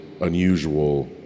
unusual